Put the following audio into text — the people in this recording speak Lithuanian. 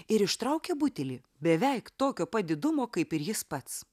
ir ištraukė butelį beveik tokio pat didumo kaip ir jis pats